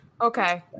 Okay